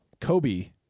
Kobe